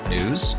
News